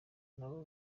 nabo